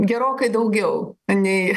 gerokai daugiau nei